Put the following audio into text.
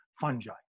fungi